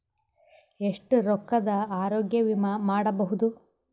ಎಷ್ಟ ರೊಕ್ಕದ ಆರೋಗ್ಯ ವಿಮಾ ಮಾಡಬಹುದು?